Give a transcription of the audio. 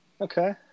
Okay